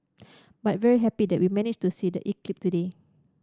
but very happy that we managed to see the eclipse today